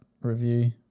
review